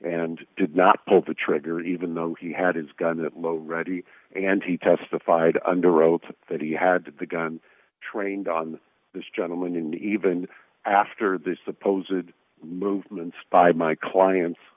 and did not pull the trigger even though he had his gun that low ready and he testified under oath that he had the gun trained on this gentleman even after this supposedly movements by my clients